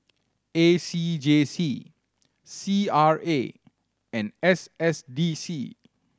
A C J C C R A and S S D C